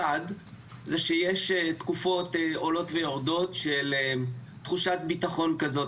1. שיש תקופות עולות ויורדות של תחושת ביטחון כזאת